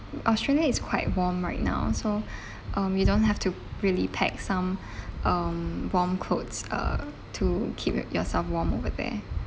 australia is quite warm right now so um you don't have to really pack some um warm clothes uh to keep your yourself warm over there